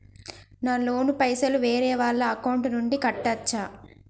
నా లోన్ పైసలు వేరే వాళ్ల అకౌంట్ నుండి కట్టచ్చా?